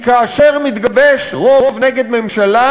כי כאשר מתגבש רוב נגד ממשלה,